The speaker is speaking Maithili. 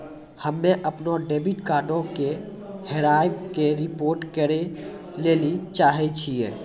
हम्मे अपनो डेबिट कार्डो के हेराबै के रिपोर्ट करै लेली चाहै छियै